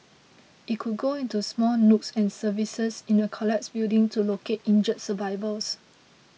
it could go into small nooks and crevices in a collapsed building to locate injured survivors